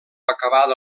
acabada